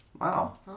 Wow